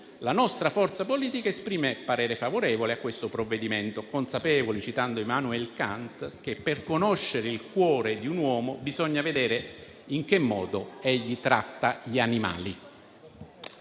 la nostra forza politica esprimerà voto favorevole su questo provvedimento, consapevole - citando Immanuel Kant - che per conoscere il cuore di un uomo bisogna vedere in che modo tratta gli animali.